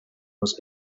was